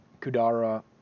Kudara